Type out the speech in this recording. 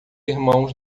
irmãos